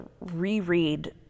reread